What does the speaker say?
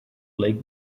lake